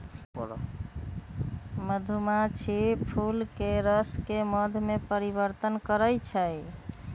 मधुमाछी फूलके रसके मध में परिवर्तन करछइ